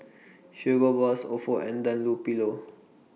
Hugo Boss Ofo and Dunlopillo